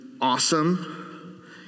awesome